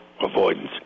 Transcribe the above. avoidance